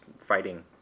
fighting